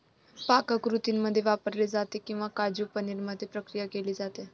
पाककृतींमध्ये वापरले जाते किंवा काजू पनीर मध्ये प्रक्रिया केली जाते